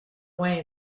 way